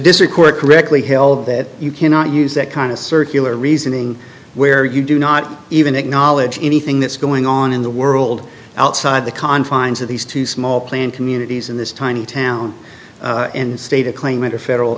district court correctly held that you cannot use that kind of circular reasoning where you do not even acknowledge anything that's going on in the world outside the confines of these two small planned communities in this tiny town and state a claimant or federal